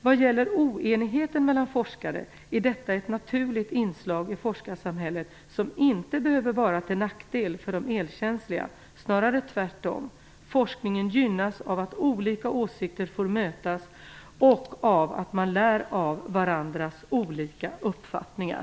Vad gäller oenigheten mellan forskare är detta ett naturligt inslag i forskarsamhället, som inte behöver vara till nackdel för de elkänsliga, snarare tvärtom. Forskningen gynnas av att olika åsikter får mötas och av att man lär av varandras olika uppfattningar.